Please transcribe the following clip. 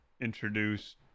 introduce